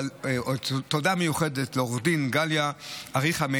ותודה מיוחדת לעו"ד גליה מאיר אריכא,